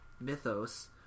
mythos